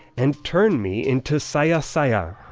and turn me into saya-saya,